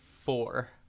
four